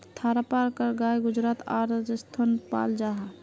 थारपारकर गाय गुजरात आर राजस्थानोत पाल जाहा